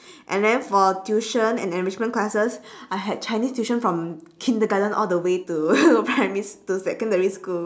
and then for tuition and enrichment classes I had chinese tuition from kindergarten all the way to primary to secondary school